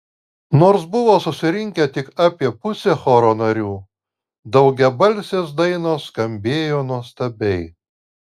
nors buvo susirinkę tik apie pusė choro narių daugiabalsės dainos skambėjo nuostabiai